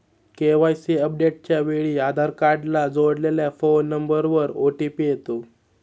KYC अपडेटच्या वेळी आधार कार्डला जोडलेल्या फोन नंबरवर ओ.टी.पी येतो